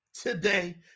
today